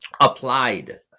applied